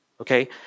Okay